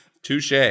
Touche